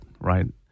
right